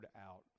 out